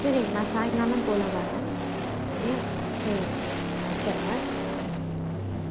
சரிங்க நான் சாயங்காலம் போல் வரன் சரியா சரிங்க வச்சிடுறேன் ம்